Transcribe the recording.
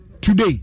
Today